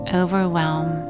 overwhelm